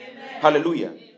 hallelujah